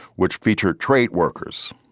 which featured trade workers,